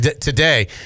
today